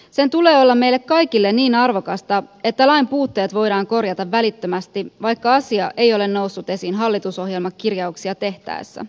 niiden tulee olla meille kaikille niin arvokkaita että lain puutteet voidaan korjata välittömästi vaikka asia ei ole noussut esiin hallitusohjelmakirjauksia tehtäessä